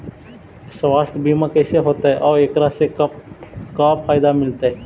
सवासथ बिमा कैसे होतै, और एकरा से का फायदा मिलतै?